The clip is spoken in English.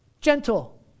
gentle